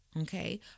okay